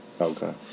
Okay